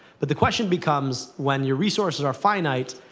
but the question becomes, when your resources are finite,